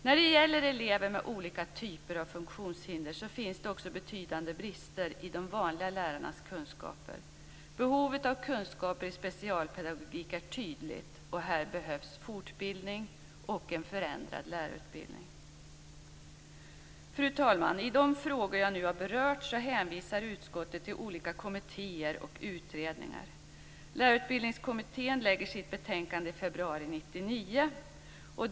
När det gäller elever med olika typer av funktionshinder vill jag peka på att det också finns betydande brister i de vanliga lärarnas kunskaper. Behovet av kunskaper i specialpedagogik är tydligt. Här behövs det fortbildning och en förändrad lärarutbildning. Fru talman! I de frågor som jag nu har berört hänvisar utskottet till olika kommittéer och utredningar. Lärarutbildningskommittén lägger fram sitt betänkande i februari 1999.